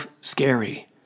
scary